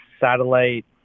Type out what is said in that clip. satellite